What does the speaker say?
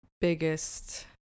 biggest